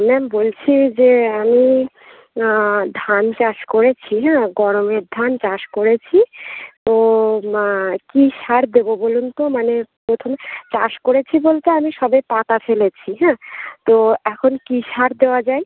ma'am বলছি যে আমি ধান চাষ করেছি হ্যাঁ গরমের ধান চাষ করেছি তো কী সার দেবো বলুন তো মানে প্রথম চাষ করেছি বলতে আমি সবে পাতা ফেলেছি হ্যাঁ তো এখন কী সার দেওয়া যায়